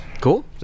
Cool